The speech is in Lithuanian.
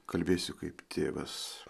kalbėsiu kaip tėvas